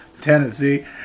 Tennessee